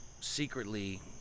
secretly